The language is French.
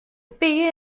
payer